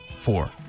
four